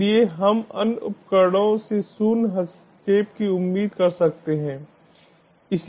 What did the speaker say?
इसलिए हम अन्य उपकरणों से शून्य हस्तक्षेप की उम्मीद कर सकते हैं